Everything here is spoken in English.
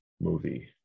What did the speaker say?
movie